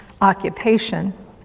occupation